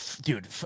dude